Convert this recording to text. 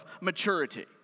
maturity